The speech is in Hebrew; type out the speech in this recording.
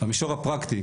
המישור הפרקטי,